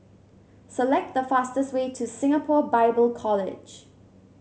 select the fastest way to Singapore Bible College